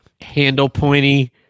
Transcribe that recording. handle-pointy